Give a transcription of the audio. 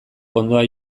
hondoa